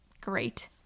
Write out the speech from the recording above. great